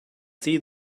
see